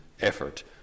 effort